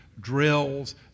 drills